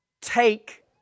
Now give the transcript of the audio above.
take